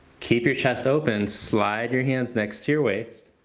keep your chest open slide your hands next to your waist.